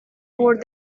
wurde